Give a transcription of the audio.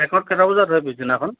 কেইটা বজাত হয় পিছদিনাখন